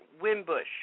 Wimbush